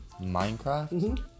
Minecraft